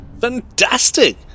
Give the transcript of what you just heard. Fantastic